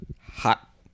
Hot